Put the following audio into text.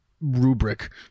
rubric